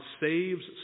saves